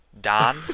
Don